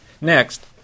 Next